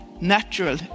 natural